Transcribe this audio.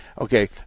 Okay